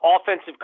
offensive